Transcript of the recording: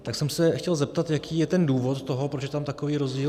Tak jsem se chtěl zeptat, jaký je ten důvod toho, proč je tam takový rozdíl.